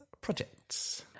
Projects